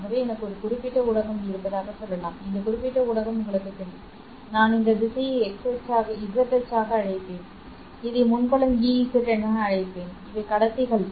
ஆகவே எனக்கு ஒரு குறிப்பிட்ட ஊடகம் இருப்பதாகச் சொல்லலாம் இந்த குறிப்பிட்ட ஊடகம் உங்களுக்குத் தெரியும் நான் இந்த திசையை z அச்சாக அழைப்பேன் இதை மின் புலம் Ez என அழைப்பேன் இவை கடத்திகள்